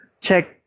Check